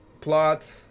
plot